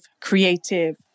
creative